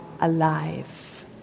alive